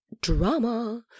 drama